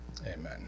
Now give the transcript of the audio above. amen